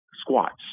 squats